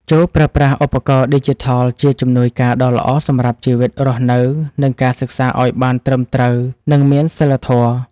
ចូរប្រើប្រាស់ឧបករណ៍ឌីជីថលជាជំនួយការដ៏ល្អសម្រាប់ជីវិតរស់នៅនិងការសិក្សាឱ្យបានត្រឹមត្រូវនិងមានសីលធម៌។